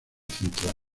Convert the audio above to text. central